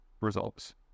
results